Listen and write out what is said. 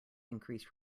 increased